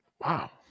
Wow